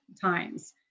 times